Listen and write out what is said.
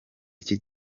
iki